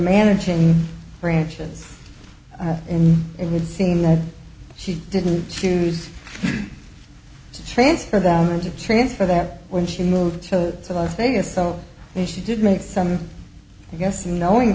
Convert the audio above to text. managing branches it would seem that she didn't choose to transfer them to transfer that when she moved to las vegas so they she did make some i guess knowing